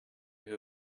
who